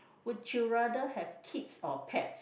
would you rather have kids or pets